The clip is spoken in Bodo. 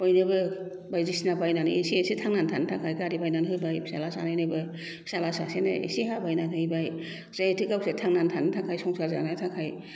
बयनोबो बायदिसिना बायनानै एसे एसे थांनानै थानो थाखाय गारि बायनानै होबाय फिसाला सानैनोबो फिसाला सासेनो एसे हा बायनानै हैबाय जिहेथु गावसोर थांनानै थानो थाखाय संसार जानो थाखाय